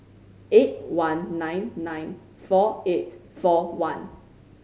eight one nine nine four eight four one